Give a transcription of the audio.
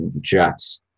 Jets